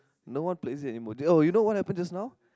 no one plays it anymore oh you know what happened just now